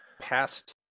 past